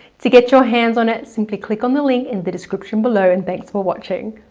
to get your hands on it, simply click on the link in the description below and thanks for watching.